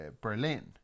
Berlin